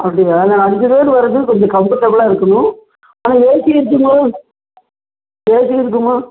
அப்படியா நாங்கள் அஞ்சு பேர் வரத்துக்கு கொஞ்சம் கம்ஃபர்டபுளாக இருக்கணும் ஆ ஏசி இருக்குமா ஏசி இருக்குமா